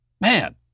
man